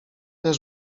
też